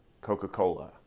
Coca-Cola